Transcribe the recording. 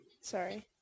Sorry